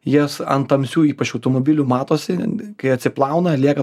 jas ant tamsių ypač automobilių matosi kai atsiplauna lieka